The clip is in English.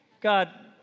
God